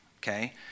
okay